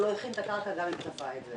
או לא הכין את הקרקע גם אם צפה את זה.